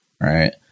right